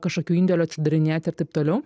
kažkokių indėlių atsidarinėt ir taip toliau